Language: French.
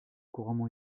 couramment